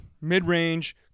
Mid-range